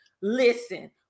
listen